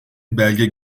belge